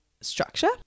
structure